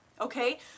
okay